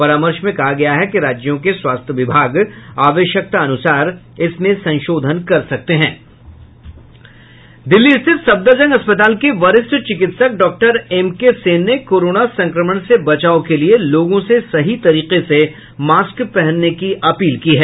परामर्श में कहा गया है कि राज्यों के स्वास्थ्य विभाग आवश्यकतानुसार इसमें संशोधन कर सकते हैं दिल्ली स्थित सफदरजंग अस्पताल के वरिष्ठ चिकित्सक डॉक्टर एम के सेन ने कोरोना संक्रमण से बचाव के लिये लोगों से सही तरीके से मास्क पहनने की अपील की है